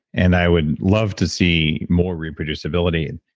and i would love to see more reproducibility. and